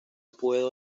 puedo